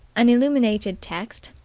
an illuminated text,